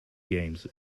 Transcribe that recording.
games